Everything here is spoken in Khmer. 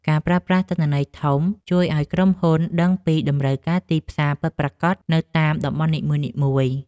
ការប្រើប្រាស់ទិន្នន័យធំ ជួយឱ្យក្រុមហ៊ុនដឹងពីតម្រូវការទីផ្សារពិតប្រាកដនៅតាមតំបន់នីមួយៗ។